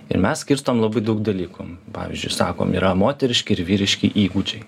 ir mes skirstom labai daug dalykų pavyzdžiui sakom yra moteriški ir vyriški įgūdžiai